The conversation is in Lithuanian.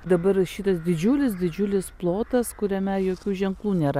dabar šitas didžiulis didžiulis plotas kuriame jokių ženklų nėra